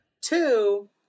Two